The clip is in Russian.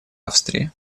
австрии